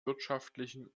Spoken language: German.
wirtschaftlichen